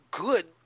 good